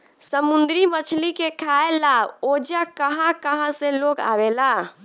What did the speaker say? समुंद्री मछली के खाए ला ओजा कहा कहा से लोग आवेला